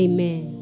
Amen